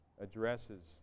addresses